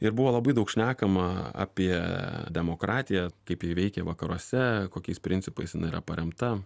ir buvo labai daug šnekama apie demokratiją kaip ji veikė vakaruose kokiais principais jinai yra paremta